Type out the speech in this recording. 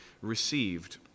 received